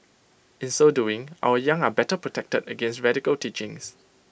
in so doing our young are better protected against radical teachings